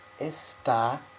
está